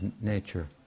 nature